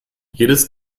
jedes